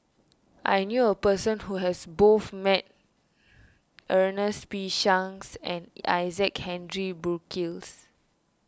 I knew a person who has both met Ernest P Shanks and Isaac Henry Burkill